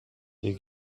les